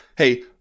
hey